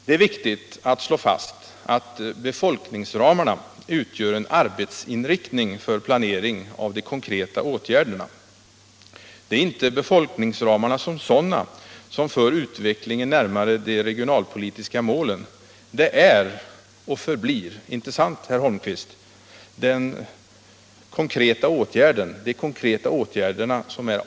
Det är viktigt att slå fast att befolkningsramarna utgör en arbetsinriktning för planering av de konkreta åtgärderna. Det är inte befolkningsramarna som sådana som för utvecklingen närmare de regionalpolitiska målen. Det avgörande är — och förblir, inte sant herr Holmqvist? — de konkreta åtgärderna!